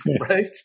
right